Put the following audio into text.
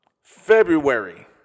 February